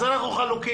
אז אנחנו חלוקים.